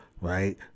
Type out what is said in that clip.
right